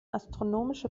astronomische